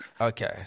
Okay